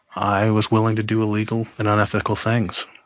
i was willing to do illegal and unethical things.